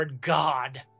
God